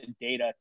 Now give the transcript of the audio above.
data